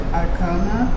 arcana